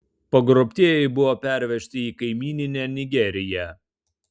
pagrobtieji buvo pervežti į kaimyninę nigeriją